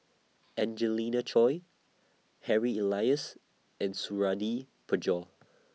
Angelina Choy Harry Elias and Suradi Parjo